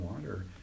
water